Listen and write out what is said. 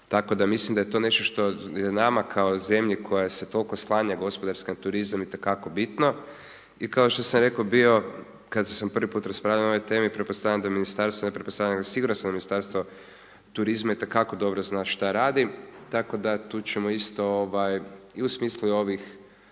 tako da mislim da je to nešto što je nama kao zemlji koja se toliko oslanja na gospodarski turizam itekako bitno i kao što sam rekao bio, kada sam prvi put raspravljao o ovoj temi, pretpostavljam da ministarstvo, ne pretpostavljam nego siguran sam da Ministarstvo turizma itekako dobro zna šta radi, tako da tu ćemo isto i u smislu ovih